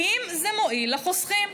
האם זה מועיל לחוסכים?